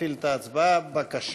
איל בן ראובן,